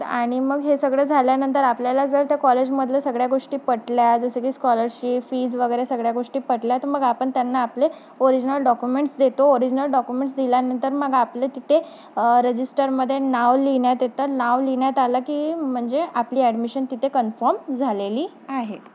तर आणि मग हे सगळं झाल्यानंतर आपल्याला जर त्या कॉलेजमधलं सगळ्या गोष्टी पटल्या जसं की स्कॉलरशिप फीज वगैरे सगळ्या गोष्टी पटल्या तर मग आपण त्यांना आपले ओरिजनल डॉक्युमेंट्स देतो ओरिजनल डॉक्युमेंट्स दिल्यानंतर मग आपलं तिथे रजिस्टरमध्ये नाव लिहिण्यात येतं नाव लिहिण्यात आलं की म्हणजे आपली ॲडमिशन तिथे कन्फम झालेली आहे